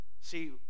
See